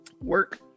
work